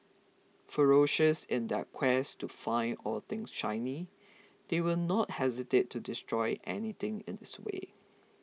ferocious in their quest to find all things shiny they will not hesitate to destroy anything in its way